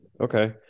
Okay